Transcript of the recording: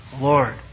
Lord